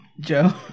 Joe